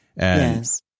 Yes